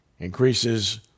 increases